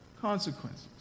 consequences